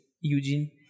Eugene